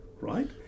right